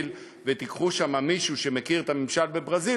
ותיקחו שם מישהו שמכיר את הממשל בברזיל,